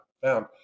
found